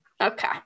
Okay